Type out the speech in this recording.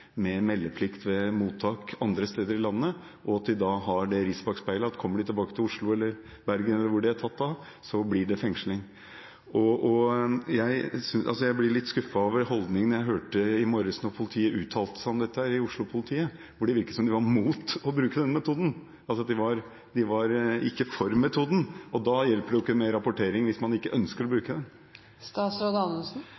meldeplikt ved mottak andre steder i landet, slik at vi har det riset bak speilet at kommer de tilbake til Oslo, Bergen eller hvor de nå er tatt, så blir det fengsling. Jeg er litt skuffet over Oslo-politiets holdninger som kom fram da jeg i morges hørte dem uttale seg om dette, for det virket som om de var imot å bruke denne metoden. De var ikke for metoden, og det hjelper ikke med rapportering hvis man ikke ønsker å